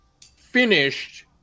finished